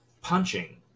punching